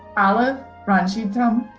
olive ranjitham,